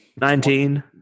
Nineteen